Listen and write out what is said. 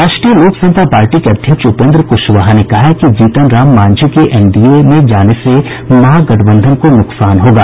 राष्ट्रीय लोक समता पार्टी के अध्यक्ष उपेन्द्र कुशवाहा ने कहा है कि जीतन राम मांझी के एनडीए में जाने से महागठबंधन को नुकसान होगा